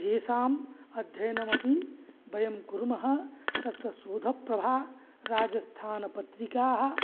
येषाम् अध्ययनं अपि वयं कुर्मः तत् शोधप्रभा राजस्थानपत्रिकाः